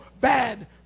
bad